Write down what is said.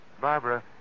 Barbara